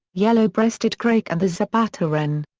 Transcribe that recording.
yellow breasted crake and the zapata wren.